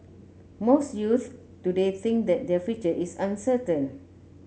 most youths today think that their future is uncertain